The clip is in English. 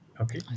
Okay